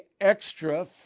extra